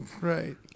right